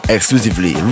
Exclusively